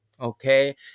Okay